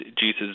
Jesus